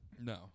No